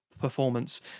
performance